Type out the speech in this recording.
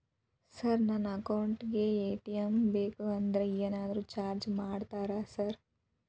Sir ನನ್ನ account ಗೇ ATM ಬೇಕು ಅದಕ್ಕ ಏನಾದ್ರು ಚಾರ್ಜ್ ಮಾಡ್ತೇರಾ ಸರ್?